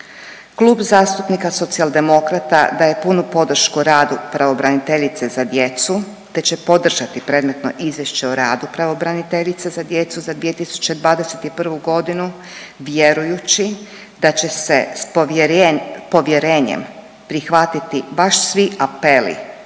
Klub zastupnika Socijaldemokrata daje punu podršku radu pravobraniteljice za djecu, te će podržati predmetno Izvješće o radu pravobraniteljice za djecu za 2021. godinu vjerujući da će se s povjerenjem prihvatiti baš svi apeli